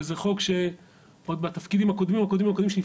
שזה חוק שעוד בתפקידים הקודמים-קודמים שלי,